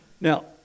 Now